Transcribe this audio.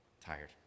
tired